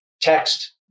text